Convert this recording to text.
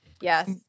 Yes